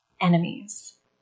enemies